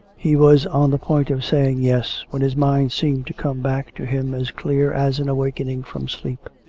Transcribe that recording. he was on the point of saying yes, when his mind seemed to come back to him as clear as an awakening from sleep.